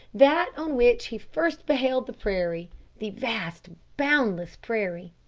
that on which he first beheld the prairie the vast boundless prairie.